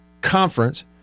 conference